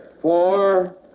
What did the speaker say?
Four